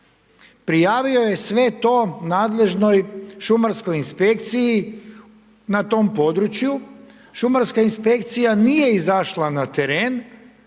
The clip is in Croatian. Prijavio je sve to nadležnoj šumarskoj inspekciji na tom području. Šumarska inspekcija nije izašla na teren,